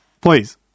Please